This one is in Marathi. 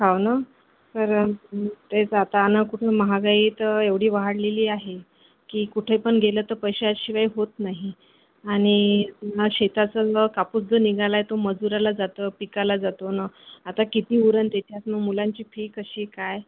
हो ना तर तेच आता आणि कुठून महागाई तर एवढी वाढलेली आहे की कुठे पण गेलं तर पैशाशिवाय होत नाही आणि पुन्हा शेताचं जो कापूस जो निघाला आहे तो मजुराला जातं पिकाला जातो आणि आता किती उरन् त्याच्यातून मुलांची फी कशी काय